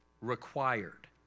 required